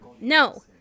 No